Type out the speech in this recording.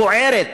הבוערת.